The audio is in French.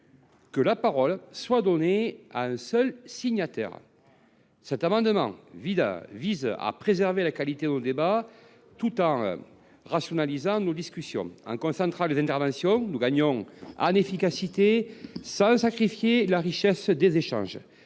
que la parole soit donnée à un seul signataire. Cet amendement vise à préserver la qualité de nos débats, tout en rationalisant nos discussions. En concentrant les interventions, nous gagnons en efficacité sans sacrifier la richesse des échanges.